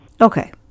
Okay